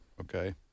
okay